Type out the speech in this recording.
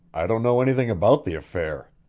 i don't know anything about the affair.